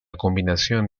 combinación